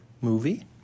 movie